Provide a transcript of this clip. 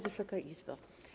Wysoka Izbo!